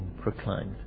proclaimed